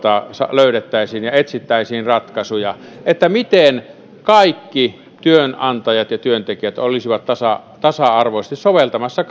löydettäisiin ja etsittäisiin ratkaisuja että miten kaikki työnantajat ja työntekijät olisivat tasa tasa arvoisesti soveltamassa